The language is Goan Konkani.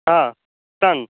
हां सांग